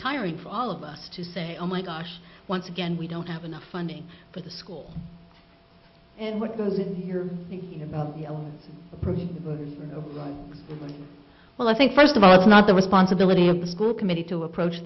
tiring for all of us to say oh my gosh once again we don't have enough funding for the schools and what goes into your own prison was well i think first of all it's not the responsibility of the school committee to approach